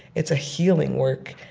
it's a healing work,